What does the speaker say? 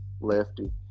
lefty